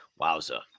wowza